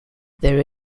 there